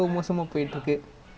is it the whole better lake ah is it